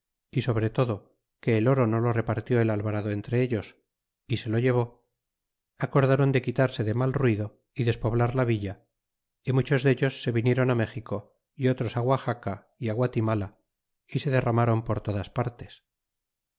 y sobre todo que el oro no lo repartió el alva ado entre ellos y se lo llevó acordaron de quitarse de mal ruido y despoblar la villa y muchos dellos se viniéron méxico y otros á guaxaca é á guatimala y se derramron por otras partes